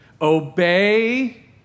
Obey